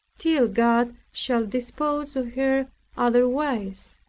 till god shall dispose of her otherwise.